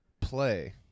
play